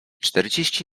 czterdzieści